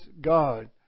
God